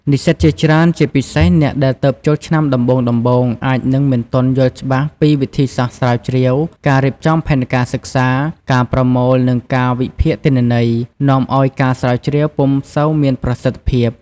និស្សិតជាច្រើន ជាពិសេសអ្នកដែលទើបចូលឆ្នាំដំបូងៗ អាចនឹងមិនទាន់យល់ច្បាស់ពីវិធីសាស្រ្តស្រាវជ្រាវ ការរៀបចំផែនការសិក្សា ការប្រមូល និងការវិភាគទិន្នន័យ នាំឲ្យការស្រាវជ្រាវពំុសូវមានប្រសិទ្ធភាព។